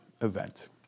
event